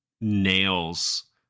nails